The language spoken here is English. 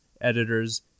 editors